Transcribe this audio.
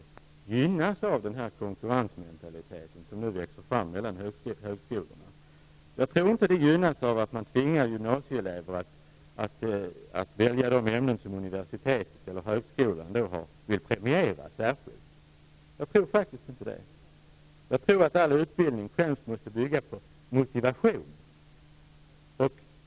Jag tror inte att det gynnas av den konkurrensmentalitet som nu växer fram mellan högskolorna och att man tvingar gymnasieelever att välja de ämnen som universitetet eller högskolan särskilt vill premiera. Jag tror faktiskt inte det. Jag tror att all utbildning främst måste bygga på motivation.